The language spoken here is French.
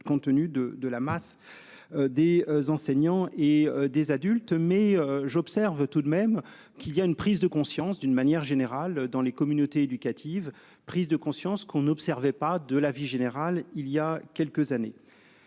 compte tenu de, de la masse. Des enseignants et des adultes. Mais j'observe tout de même qu'il y a une prise de conscience d'une manière générale dans les communautés éducatives. Prise de conscience qu'on observait pas de l'avis général, il y a quelques années,